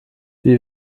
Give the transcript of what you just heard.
wie